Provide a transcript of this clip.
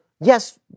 yes